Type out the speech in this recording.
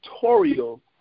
tutorial